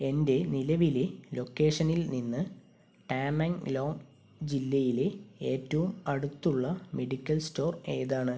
എൻ്റെ നിലവിലെ ലൊക്കേഷനിൽ നിന്ന് ടാമെങ്ലോങ് ജില്ലയിലെ ഏറ്റവും അടുത്തുള്ള മെഡിക്കൽ സ്റ്റോർ ഏതാണ്